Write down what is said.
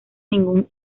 ningún